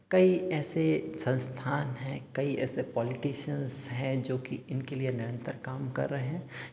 कई ऐसे संस्थान हैं कई ऐसे पाॅलिटिशियंस हैं जोकि इनके लिए निरन्तर काम कर रहे हैं